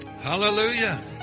Hallelujah